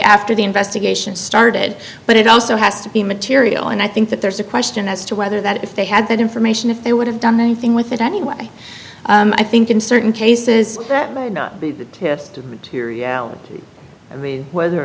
after the investigation started but it also has to be material and i think that there's a question as to whether that if they had that information if they would have done anything with it anyway i think in certain cases that may not be the test of materiality whether or